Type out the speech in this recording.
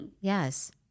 Yes